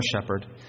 shepherd